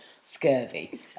scurvy